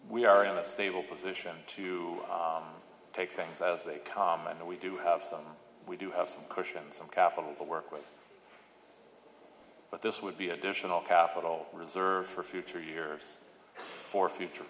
we are in a stable position to take things as they come and we do have some we do have some cushion some capital to work with but this would be additional capital reserve for future years for future